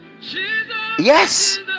Yes